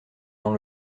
dans